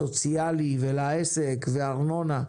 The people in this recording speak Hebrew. סוציאלי ולעסק וארנונה,